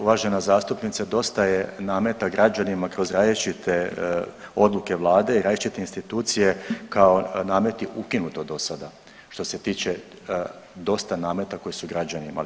Uvažena zastupnice, dosta je nameta građanima kroz različite odluke vlade i različite institucije kao nameti ukinuti do sada što se tiče dosta nameta koji su građani imali.